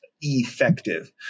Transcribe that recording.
effective